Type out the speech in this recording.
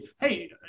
Hey